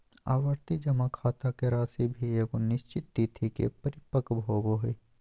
आवर्ती जमा खाता के राशि भी एगो निश्चित तिथि के परिपक्व होबो हइ